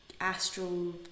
astral